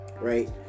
right